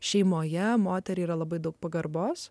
šeimoje moteriai yra labai daug pagarbos